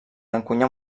encunyar